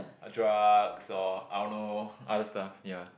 drugs or I don't know other stuff ya